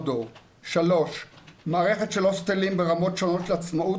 3. מערכת של הוסטלים ברמות שונות של עצמאות